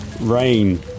Rain